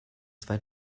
zwei